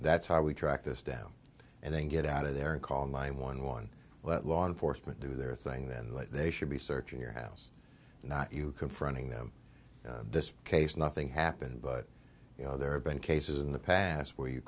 that's how we track this down and then get out of there and call nine one one let law enforcement do their thing then they should be searching your house not you confronting them this case nothing happened but you know there have been cases in the past where you